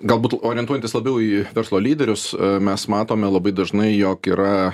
galbūt orientuojantis labiau į verslo lyderius mes matome labai dažnai jog yra